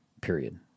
period